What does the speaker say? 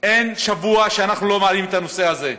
אין שבוע שאנחנו לא מעלים את הנושא הזה,